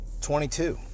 22